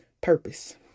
purpose